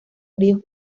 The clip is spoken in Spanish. fríos